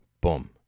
boom